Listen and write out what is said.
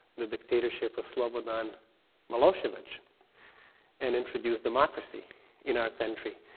the dictatorship of slobodan milosevic and introduced democracy in our country,